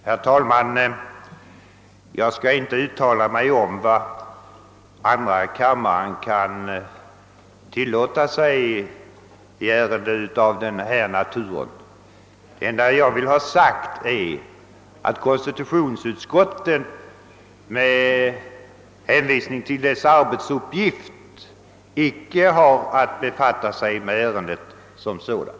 Herr talman! Jag skall inte uttala mig om vad andra kammaren kan tilllåta sig i ärenden av denna natur. Det enda jag vill ha sagt är att konstitutionsutskottet funnit sig icke ha att befatta sig med ärendet som sådant.